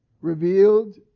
revealed